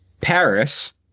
Paris